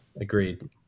agreed